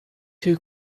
too